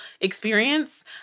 experience